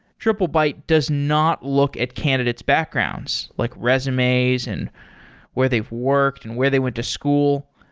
triplebyte does not look at candidate's backgrounds, like resumes and where they've worked and where they went to school.